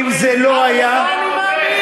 אם זה לא היה, אבל, חיים, לך אני מאמין.